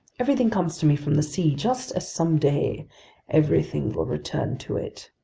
everything comes to me from the sea, just as someday everything will return to it!